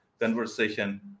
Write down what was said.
conversation